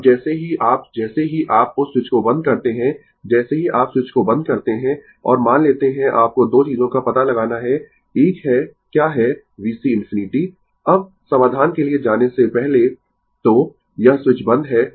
अब जैसे ही आप जैसे ही आप उस स्विच को बंद करते है जैसे ही आप स्विच को बंद करते है और मान लेते है आपको 2 चीजों का पता लगाना है एक है क्या है VC ∞ अब समाधान के लिए जाने से पहले तो यह स्विच बंद है